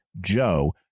Joe